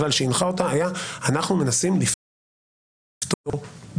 הכלל שהנחה אותה היה שאנחנו מנסים לפתור בעיה.